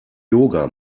yoga